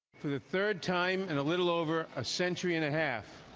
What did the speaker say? for the third time in a little over a century and a half